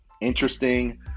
interesting